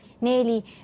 nearly